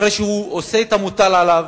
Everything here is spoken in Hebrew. אחרי שהוא עושה את המוטל עליו,